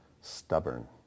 stubborn